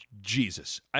Jesus